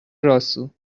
راسو